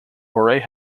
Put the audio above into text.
moray